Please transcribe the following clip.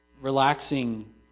relaxing